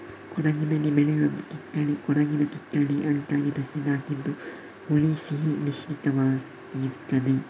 ಕೊಡಗಿನಲ್ಲಿ ಬೆಳೆಯುವ ಕಿತ್ತಳೆ ಕೊಡಗಿನ ಕಿತ್ತಳೆ ಅಂತಾನೇ ಪ್ರಸಿದ್ಧ ಆಗಿದ್ದು ಹುಳಿ ಸಿಹಿ ಮಿಶ್ರಿತವಾಗಿರ್ತದೆ